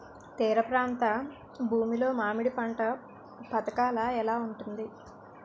తీర ప్రాంత భూమి లో మామిడి పంట పథకాల ఎలా ఉంటుంది?